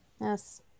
Yes